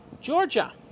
Georgia